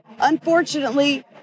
Unfortunately